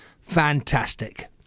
Fantastic